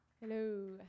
Hello